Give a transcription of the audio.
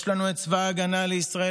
יש לנו את צבא ההגנה לישראל,